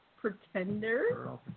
pretender